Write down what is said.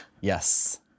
Yes